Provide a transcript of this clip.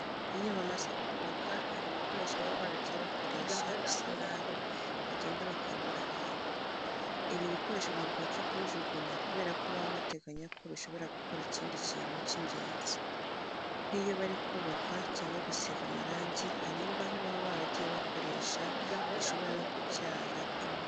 Iyo bamaze kubaka, hari ibikoresho baba baragiye bakoresha bisa nabi bagenda bakabirunda ahantu. Ibi bikoresho ntabwo bapfa kubijugunya kubera ko baba bateganya ko bishobora gukora ikindi kintu cy'ingenzi. Nk'iyo bari kubaka cyangwa gusiga amarangi hari imbaho baba baragiye bakoresha zishobora nko kubyara inkwi.